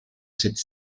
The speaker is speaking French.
cette